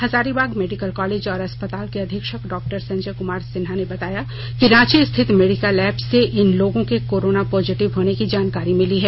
Hazaribagh medical college और अस्पताल के अधीक्षक डॉ संजय कमार सिन्हा ने बताया कि रांची स्थित मेडिका लैब से इन लोगों के कोरोना पॉजिटिव होने की जानकारी मिली है